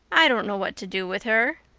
i don't know what to do with her,